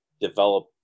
develop